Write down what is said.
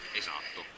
esatto